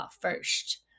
first